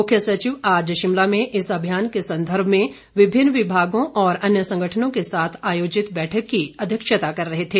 मुख्य सचिव आज शिमला में इस अभियान के संदर्भ में विभिन्न विभागों और अन्य संगठनों के साथ आयोजित बैठक की अध्यक्षता कर रहे थे